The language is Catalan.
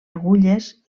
agulles